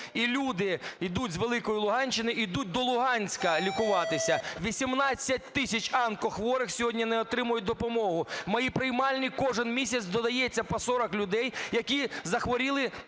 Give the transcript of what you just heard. І люди йдуть з Великої Луганщини йдуть до Луганська лікуватися. 18 тисяч онкохворих сьогодні не отримують допомогу. В моїй приймальній кожен місяць додається по 40 людей, які захворіли